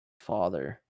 father